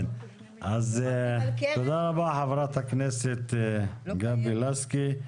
תודה רבה חברת הכנסת גבי לסקי.